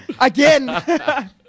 Again